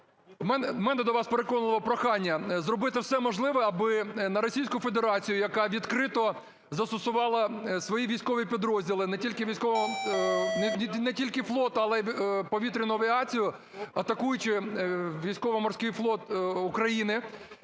У мене до вас переконливе прохання зробити все можливе, аби на Російську Федерацію, яка відкрито застосувала свої військові підрозділи, не тільки флот, але і повітряну авіацію, атакуючи Військово-Морський флот України.